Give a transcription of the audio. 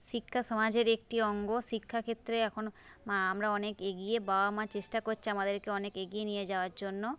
শিক্ষা সমাজের একটি অঙ্গ শিক্ষাক্ষেত্রে এখন আমরা অনেক এগিয়ে বাবা মা চেষ্টা করছে আমাদেরকে অনেক এগিয়ে নিয়ে যাওয়ার জন্য